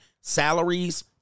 salaries